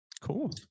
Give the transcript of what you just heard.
Cool